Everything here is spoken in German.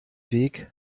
weg